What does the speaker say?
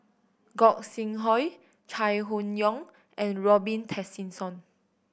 Gog Sing Hooi Chai Hon Yoong and Robin Tessensohn